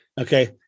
Okay